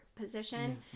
position